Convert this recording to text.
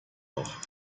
noch